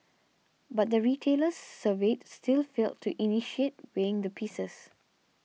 but the retailers surveyed still failed to initiate weighing the pieces